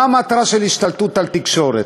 מה המטרה של השתלטות על תקשורת?